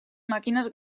màquines